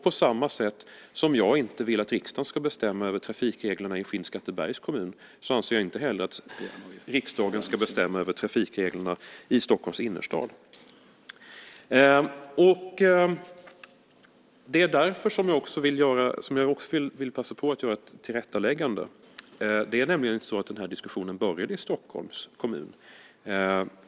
På samma sätt som jag inte vill att riksdagen ska bestämma över trafikreglerna i Skinnskattebergs kommun ska inte riksdagen, anser jag, bestämma över trafikreglerna i Stockholms innerstad. Därför vill jag passa på att göra ett tillrättaläggande. Det är nämligen så att den här diskussionen började i Stockholms kommun.